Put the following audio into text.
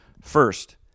First